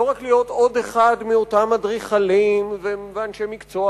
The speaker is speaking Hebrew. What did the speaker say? לא רק להיות עוד אחד מאותם אדריכלים ואנשי מקצוע